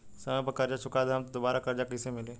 समय पर कर्जा चुका दहम त दुबाराकर्जा कइसे मिली?